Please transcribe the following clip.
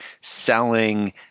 selling